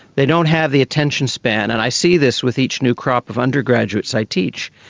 they don't have the attention span, and i see this with each new crop of undergraduates i teach.